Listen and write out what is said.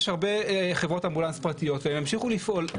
יש הרבה חברות אמבולנס פרטיות שימשיכו לפעול,